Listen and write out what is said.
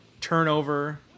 turnover